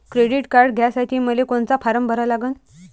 Credit card घ्यासाठी मले कोनचा फारम भरा लागन?